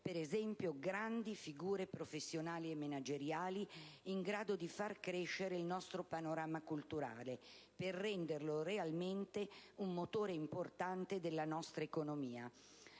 per esempio ‑ grandi figure professionali e manageriali in grado di far crescere il nostro panorama culturale, per renderlo realmente un motore importante della nostra economia.